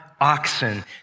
oxen